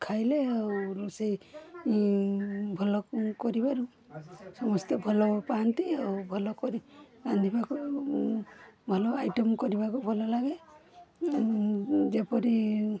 ଖାଇଲେ ଆଉ ରୋଷେଇ ଭଲ କରିବାରୁ ସମସ୍ତେ ଭଲପାଆନ୍ତି ଆଉ ଭଲ କରି ରାନ୍ଧିବାକୁ ଭଲ ଆଇଟମ୍ କରିବାକୁ ଭଲ ଲାଗେ ଯେପରି